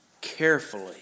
carefully